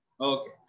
Okay